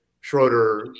Schroeder